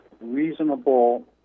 reasonable